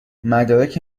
مدارک